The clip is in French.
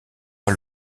pas